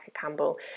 Campbell